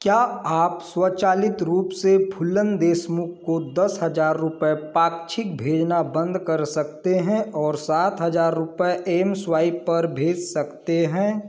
क्या आप स्वचालित रूप से फूलन देशमुख को दस हज़ार रुपये पाक्क्षिक भेजना बंद कर सकते हैं और सात हज़ार रुपये एम स्वाइप पर भेज सकते हैं